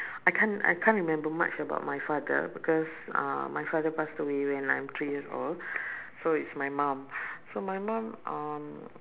I can't I can't remember much about my father because uh my father passed away when I'm three years old so it's my mum so my mum um